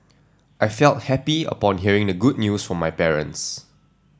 I felt happy upon hearing the good news from my parents